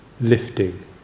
lifting